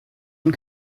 and